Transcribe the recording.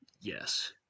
yes